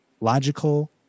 logical